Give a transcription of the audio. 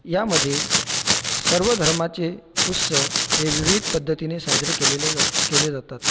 यामध्ये सर्व धर्माचे उत्सव हे विविध पद्धतीने साजरे केलेले जात केलेले जा केले जातात